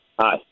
Hi